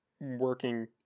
working